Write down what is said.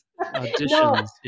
Auditions